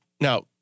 Now